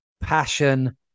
passion